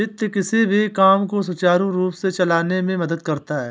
वित्त किसी भी काम को सुचारू रूप से चलाने में मदद करता है